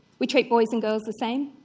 we treat boys and girls the same.